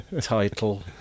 title